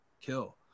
kill